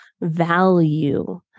value